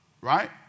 right